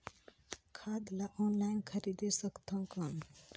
खाद ला ऑनलाइन खरीदे सकथव कौन?